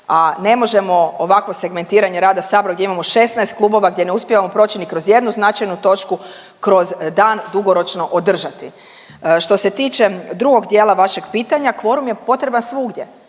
A ne možemo ovakvo segmentiranje rada Sabora gdje imamo 16 klubova gdje ne uspijevamo proći ni kroz jednu značajnu točku kroz dan dugoročno održati. Što se tiče drugog dijela vašeg pitanja, kvorum je potreban svugdje.